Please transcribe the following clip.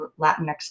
Latinx